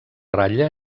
ratlla